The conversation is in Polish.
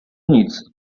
nic